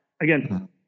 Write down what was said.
Again